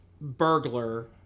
Burglar